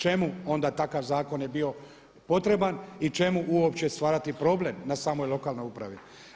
Čemu onda takav zakon je bio potreban i čemu uopće stvarati problem na samoj lokalnoj upravi?